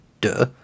Duh